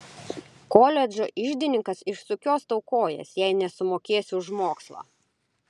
koledžo iždininkas išsukios tau kojas jei nesumokėsi už mokslą